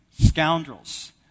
scoundrels